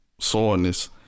Soreness